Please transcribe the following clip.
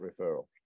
referral